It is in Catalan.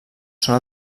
són